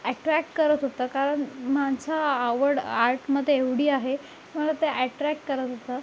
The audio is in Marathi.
अॅटरॅक करत होतं कारण माझं आवड आर्टमध्ये एवढी आहे मला ते अॅटरॅक करत होतं